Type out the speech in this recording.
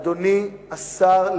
אדוני השר,